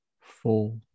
four